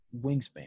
wingspan